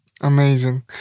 Amazing